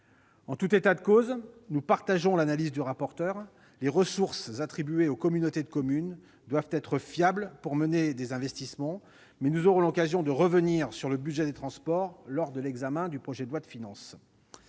En tout état de cause, nous partageons l'analyse du rapporteur : les ressources attribuées aux communautés de communes doivent être fiables pour leur permettre d'effectuer des investissements, mais nous aurons l'occasion de revenir sur le budget des transports lors de l'examen du projet de loi de finances.